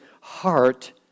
heart